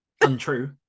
untrue